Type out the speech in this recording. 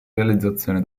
realizzazione